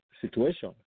situation